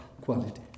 quality